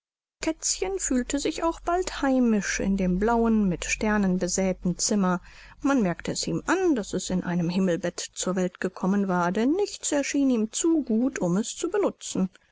kätzchen fühlte sich auch bald heimisch in dem blauen mit sternen besäeten zimmer man merkte es ihm an daß es in einem himmelbett zur welt gekommen war denn nichts erschien ihm zu gut um es zu benutzen